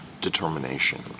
determination